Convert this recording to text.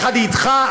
יחד איתך,